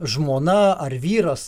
žmona ar vyras